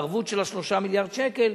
ערבות של 3 מיליארד שקל